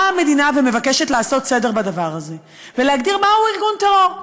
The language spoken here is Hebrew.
באה המדינה ומבקשת לעשות סדר בדבר הזה ולהגדיר מהו ארגון טרור.